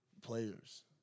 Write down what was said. players